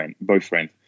boyfriend